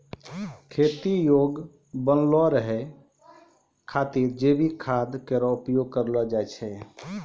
खेती योग्य बनलो रहै खातिर जैविक खाद केरो उपयोग करलो जाय छै